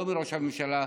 לא מראש הממשלה,